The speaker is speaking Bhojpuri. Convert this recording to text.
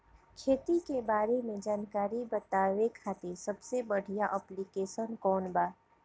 खेती के बारे में जानकारी बतावे खातिर सबसे बढ़िया ऐप्लिकेशन कौन बा?